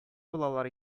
булалар